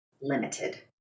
limited